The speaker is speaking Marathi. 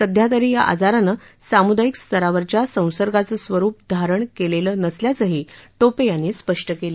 सध्यातरी या आजारानं सामुदायिक स्तरावरच्या संसर्गाचं स्वरुप धारण केलेलं नसल्याचंही टोपे यांनी स्पष्ट केलं